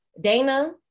dana